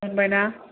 दोनबायना